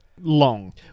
long